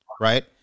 right